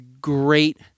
great